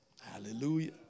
Hallelujah